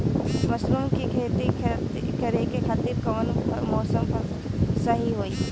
Mushroom के खेती करेके खातिर कवन मौसम सही होई?